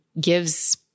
gives